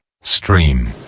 Stream